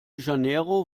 janeiro